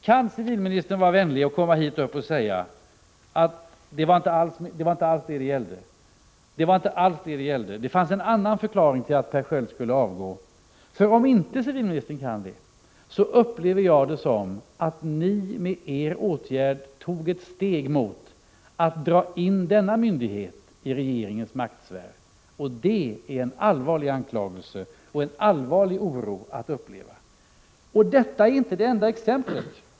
Kan civilministern gå upp i talarstolen och säga att det inte alls var detta saken gällde, att det fanns en annan förklaring till att Per Sköld skulle avgå? Om civilministern inte kan det, upplever jag det så att regeringen med sin åtgärd tog ett steg mot att dra in denna myndighet i regeringens maktsfär. Och det är en allvarlig anklagelse och en allvarlig oro att uppleva. Detta är inte det enda exemplet.